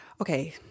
okay